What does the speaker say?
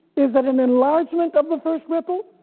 is that an enlargement of the first ripple?